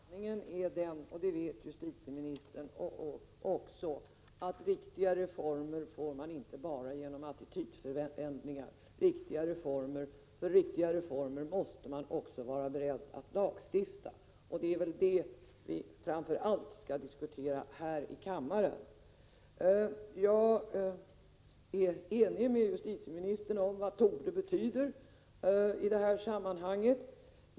Herr talman! Det är säkert bra med en folkrörelse mot våld, men sanningen är den, och det vet justitieministern, att riktiga reformer får man inte bara genom attitydförändringar. För att få riktiga reformer måste man också vara beredd att lagstifta. Det är det vi framför allt skall diskutera här i kammaren. Jag är ense med justitieministern om vad ”torde” betyder i detta sammanhang.